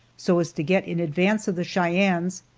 so as to get in advance of the cheyennes,